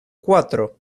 cuatro